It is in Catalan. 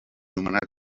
nomenat